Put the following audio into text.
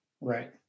Right